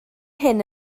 hyn